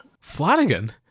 Flanagan